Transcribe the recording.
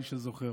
מי שזוכר.